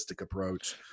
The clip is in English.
approach